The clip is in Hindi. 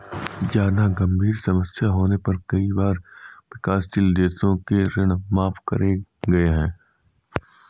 जादा गंभीर समस्या होने पर कई बार विकासशील देशों के ऋण माफ करे गए हैं